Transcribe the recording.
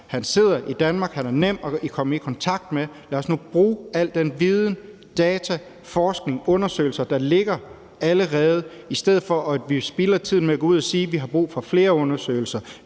Han sidder i Danmark, han er nem at komme i kontakt med, lad os nu bruge al den viden, data, forskning, alle de undersøgelser, der allerede ligger, i stedet for at vi spilder tiden med at gå ud at sige, at vi har brug for flere undersøgelser.